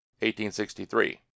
1863